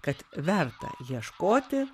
kad verta ieškoti